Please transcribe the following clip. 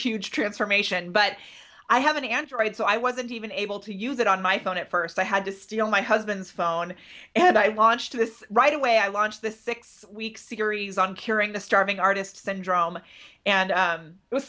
huge transformation but i have an android so i wasn't even able to use it on my phone at first i had to steal my husband's phone and i watched this right away i launched the six week series on curing the starving artists and drum and it was